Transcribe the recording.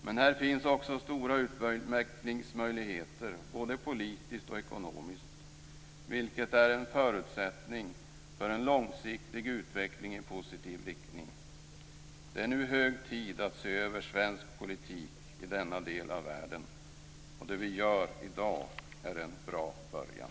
Men här finns också stora utvecklingsmöjligheter både politiskt och ekonomiskt, vilket är en förutsättning för en långsiktig utveckling i positiv riktning. Det är nu hög tid att se över svensk politik i denna del av världen, och det vi gör i dag är en bra början.